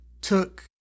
took